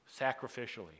sacrificially